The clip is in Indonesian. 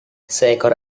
seekor